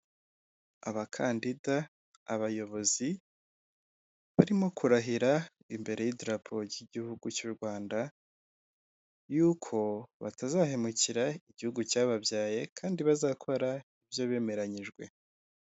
Abakandida, abayobozi, barimo kurahira imbere y'idarapo ry'igihugu cy'u Rwanda, yuko batazahemukira igihugu cyababyaye, kandi bazakora ibyo bemeranyijwe.